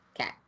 okay